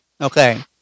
okay